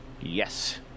Yes